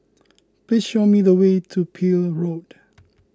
please show me the way to Peel Road